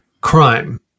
crime